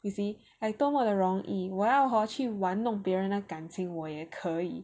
you see like 多么的容易我要 hor 去玩弄别人的感情我也可以